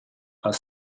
are